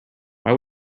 why